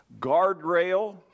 guardrail